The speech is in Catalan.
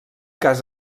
cas